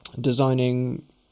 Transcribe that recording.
designing